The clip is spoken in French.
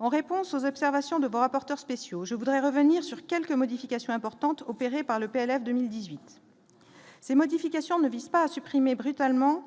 en réponse aux observations de vos rapporteurs spéciaux je voudrais revenir sur quelques modifications importantes opéré par le PLF 2018 ces modifications de pas supprimer brutalement,